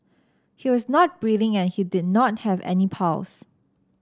he was not breathing and he did not have any pulse